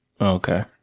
Okay